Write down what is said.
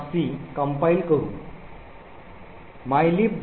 c compile करू mylib